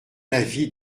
l’avis